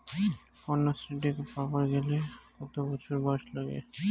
কন্যাশ্রী টাকা পাবার গেলে কতো বছর বয়স লাগে?